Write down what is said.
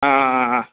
ആ ആ ആ